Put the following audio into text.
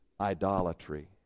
idolatry